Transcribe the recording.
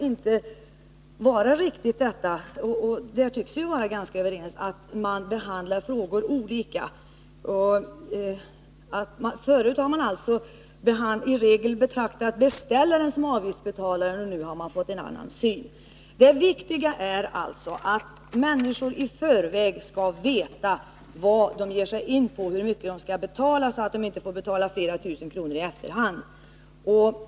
Förut har man i regel betraktat beställaren som avgiftsbetalare, och nu lär man ha en annan syn. Det viktiga är att människor i förväg kan få veta vad de ger sig in på, hur mycket de skall betala, så att de inte får betala flera tusen kronor i efterhand.